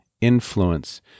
influence